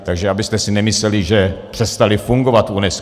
Takže abyste si nemysleli, že přestaly fungovat v UNESCO.